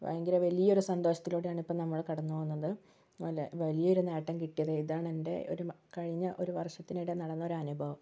ഭയങ്കര വലിയൊരു സന്തോഷത്തിലൂടെയാണ് ഇപ്പം നമ്മള് കടന്നു പോകുന്നത് നല്ല വലിയൊരു നേട്ടം കിട്ടിയത് ഇതാണ് എൻ്റെ ഒരു കഴിഞ്ഞ ഒരു വർഷത്തിനിടെ നടന്ന ഒര് അനുഭവം